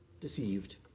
deceived